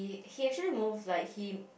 he actually moved like he